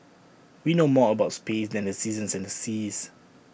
we know more about space than the seasons and the seas